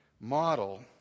model